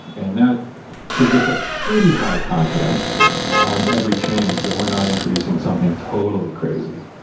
and that gives us a pretty high confidence on every change that we're not introducing something totally crazy,